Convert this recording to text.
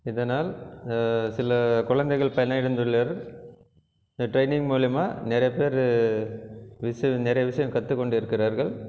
இதனால் சில குழந்தைகள் பயனடைந்துள்ளார் இந்த டிரெய்னிங் மூலயமா நிறைய பேர் விஷயம் நிறைய விஷயம் கற்றுக்கொண்டு இருக்கிறார்கள்